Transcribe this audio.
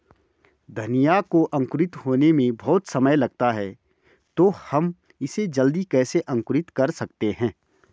धनिया को अंकुरित होने में बहुत समय लगता है तो हम इसे जल्दी कैसे अंकुरित कर सकते हैं?